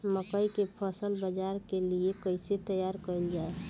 मकई के फसल बाजार के लिए कइसे तैयार कईले जाए?